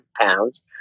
pounds